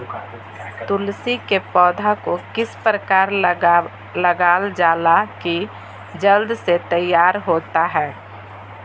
तुलसी के पौधा को किस प्रकार लगालजाला की जल्द से तैयार होता है?